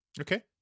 Okay